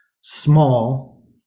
small